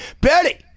Betty